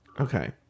okay